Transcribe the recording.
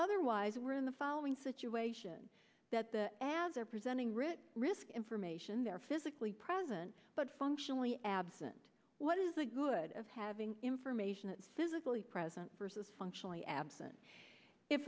otherwise we're in the following situation that the ads are presenting writ risk information they're physically present but functionally absent what is the good of having information that physically present versus functionally absent it